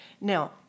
Now